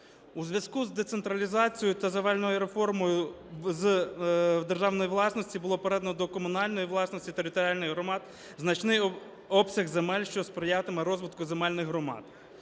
У зв'язку з децентралізацією та земельною реформою з державної власності було передано до комунальної власності територіальних громад значний обсяг земель, що сприятиме розвитку земельних громад.